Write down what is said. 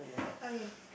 okay